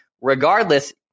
Regardless